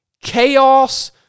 chaos